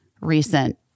recent